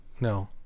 no